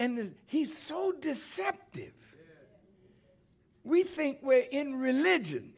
and he's so deceptive we think we're in religion